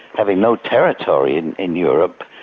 having no territory in in europe,